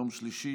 יום שלישי,